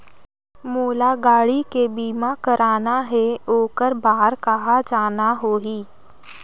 मोला गाड़ी के बीमा कराना हे ओकर बार कहा जाना होही?